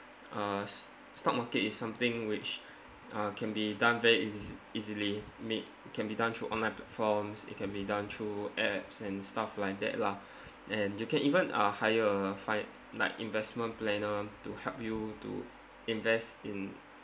uh s~ stock market is something which uh can be done very eas~ easily may it can be done through online platforms it can be done through apps and stuff like that lah and you can even uh hire a fi~ like investment planner to help you to invest in